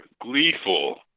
gleeful